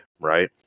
right